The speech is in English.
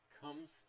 comes